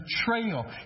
betrayal